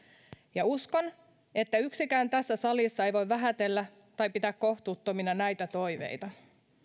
ja uskon että yksikään tässä salissa ei voi vähätellä tai pitää kohtuuttomina pitää näitä toiveita